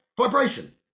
vibration